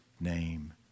name